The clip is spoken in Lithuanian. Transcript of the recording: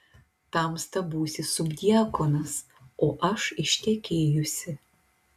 tamsta būsi subdiakonas o aš ištekėjusi